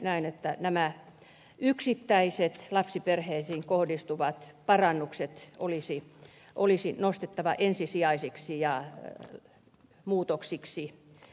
näen että nämä yksittäiset lapsiperheisiin kohdistuvat parannukset olisi nostettava ensisijaisiksi muutoksiksi